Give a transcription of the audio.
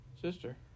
Sister